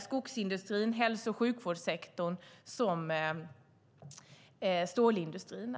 skogsindustrin, hälso och sjukvårdssektorn och stålindustrin.